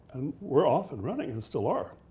and we're off an running and still are,